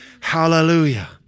Hallelujah